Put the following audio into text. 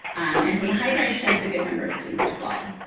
and for the hydride shift, a good number of students as well.